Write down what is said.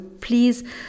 please